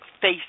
face